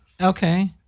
Okay